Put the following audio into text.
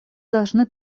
должны